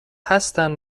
هستن